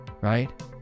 Right